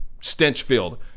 stench-filled